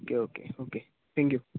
okay okay okay thank you